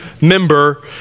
member